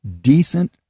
decent